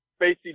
Spacey